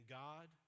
god